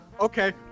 okay